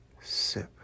Sip